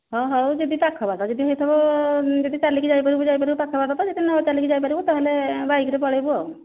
ହଁ ହଉ ଯଦି ପାଖ ବାଟ ଯଦି ହୋଇଥିବ ମୁଁ ଯଦି ଚାଲିକି ଯାଇପାରିବୁ ଯାଇପାରିବୁ ପାଖପାଖ ତ ଯଦି ନ ଚାଲିକି ଯାଇପାରିବୁ ତା'ହେଲେ ବାଇକ୍ରେ ପଳାଇବୁ ଆଉ